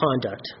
conduct